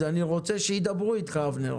אז אני רוצה שידברו איתך, אבנר.